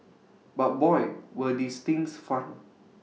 but boy were these things fun